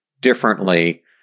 differently